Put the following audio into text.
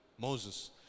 Moses